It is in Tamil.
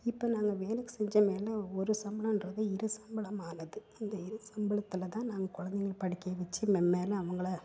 இப்போ நாங்கள் வேலை செஞ்சால் வேணா ஒரு சம்பளன்றது இரு சம்பளமானது இந்த இரு சம்பளத்தை தான் நாங்கள் குழந்தைகள படிக்கவச்சு மேன்மேலும் அவங்கள